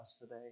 today